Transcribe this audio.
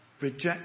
reject